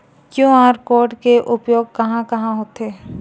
QR code के उपयोग कहां कहां होथे?